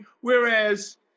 whereas